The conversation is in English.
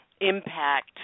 impact